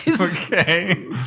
okay